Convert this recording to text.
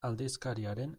aldizkariaren